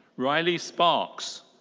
riley sparks.